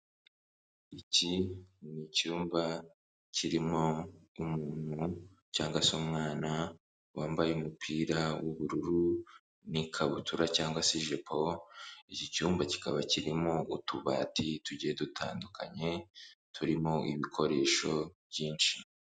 Iki ni icyumba kirimo umuntu cyangwa se umwana wambaye umupira w'ubururu n'ikabutura cyangwa se ijipo, iki cyumba kikaba kirimo utubati tugiye dutandukanye turimo ibikoresho byinshi.